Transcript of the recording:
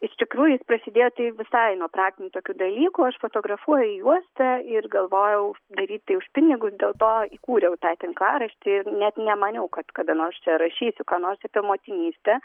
iš tikrųjų jis prasidėjo tai visai nuo praktinių tokių dalykų aš fotografuoju juosta ir galvojau daryt tai už pinigus dėl to įkūriau tą tinklaraštį net nemaniau kad kada nors čia rašysiu ką nors apie motinystę